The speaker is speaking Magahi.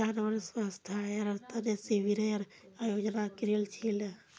जानवरेर स्वास्थ्येर तने शिविरेर आयोजन करील छिले